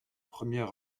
première